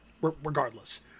regardless